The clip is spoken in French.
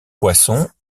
poissons